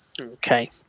Okay